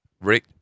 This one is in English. Rick